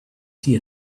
see